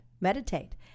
Meditate